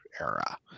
era